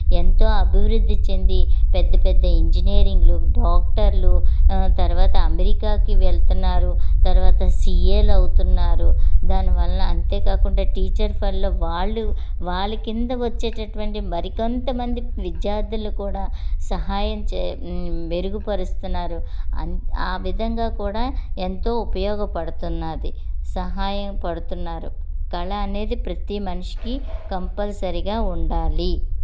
ఎంతో అభివృద్ధి చెంది పెద్ద పెద్ద ఇంజనీరింగ్లు డాక్టర్లు తర్వాత అమెరికాకి వెళుతు ఉన్నారు తర్వాత సీఏలు అవుతున్నారు దానివల్ల అంతేకాకుండా టీచర్స్ వల్ల వాళ్ళు వాళ్ళ కింద వచ్చేటటువంటి మరికొంతమంది విద్యార్థులని కూడా సహాయం చే మెరుగుపరుస్తున్నారు అన్ ఆ విధంగా కూడా ఎంతో ఉపయోగపడుతున్నది సహాయం పడుతున్నారు కళ అనేది ప్రతి మనిషికి కంపల్సరిగా ఉండాలి